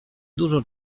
dużo